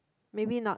maybe not